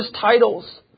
titles